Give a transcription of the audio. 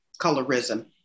colorism